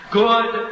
good